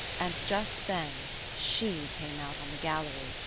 and just then she came out on the gallery,